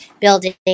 building